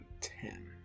ten